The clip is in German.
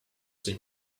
sich